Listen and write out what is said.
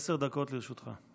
בבקשה, עשר דקות לרשותך.